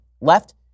left